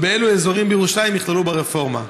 ואילו אזורים בירושלים ייכללו ברפורמה?